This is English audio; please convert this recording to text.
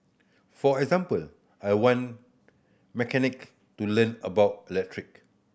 for example I want mechanic to learn about electric